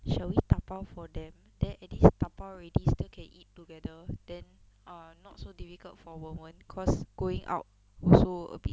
shall we 打包 for them then at least 打包 already still can eat together then err not so difficult for 我们 cause going out also a bit